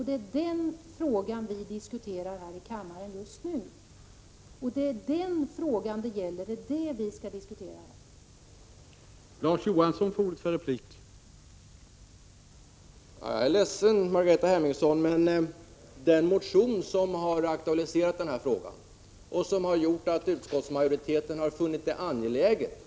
Det är det saken gäller, och det är den frågan vi skall diskutera i kammaren i dag.